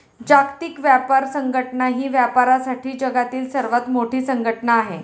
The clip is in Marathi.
जागतिक व्यापार संघटना ही व्यापारासाठी जगातील सर्वात मोठी संघटना आहे